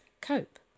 cope